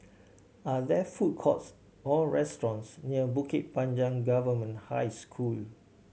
are there food courts or restaurants near Bukit Panjang Government High School